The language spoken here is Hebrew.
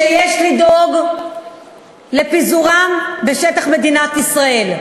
שיש לדאוג לפיזורם בשטח מדינת ישראל.